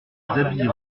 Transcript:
habits